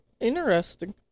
Interesting